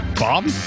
Bob